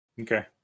Okay